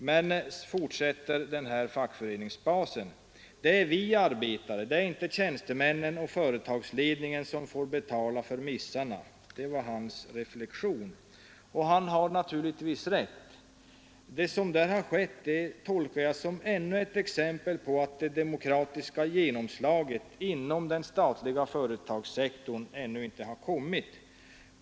Men”, fortsätter den här fackföreningsbasen, ”det är vi arbetare, inte tjänstemännen och företagsledningen som får betala för missarna ———.” Det var hans reflexion och han har naturligtvis rätt. Det som där har skett tolkar jag som ännu ett exempel på att det demokratiska genomslaget inom den statliga företagssektorn ännu inte har kommit.